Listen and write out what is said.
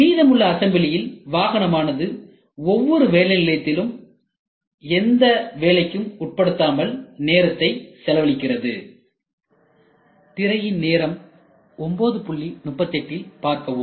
மீதமுள்ள அசம்பிளியில் வாகனமானது ஒவ்வொரு வேலை நிலையத்திலும் எந்த வேலைக்கும் உட்படுத்தப்படாமல் நேரத்தை செலவழிக்கிறது